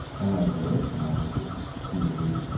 and i read it and i was just really,